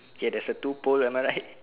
ya there's a two pole am I right